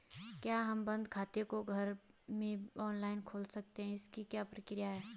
क्या हम बन्द पड़े खाते को घर में ऑनलाइन खोल सकते हैं इसकी क्या प्रक्रिया है?